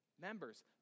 Members